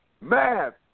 math